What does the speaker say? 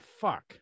fuck